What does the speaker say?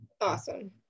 awesome